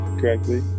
correctly